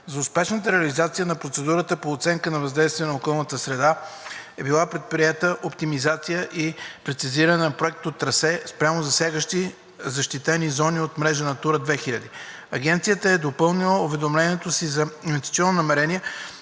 За успешната реализация на процедурата по оценка на въздействието върху околната среда е била предприета оптимизация и прецизиране на проектното трасе спрямо засяганите защитени зони от мрежата на Натура 2000. Агенцията е допълнила уведомлението си за инвестиционно намерение,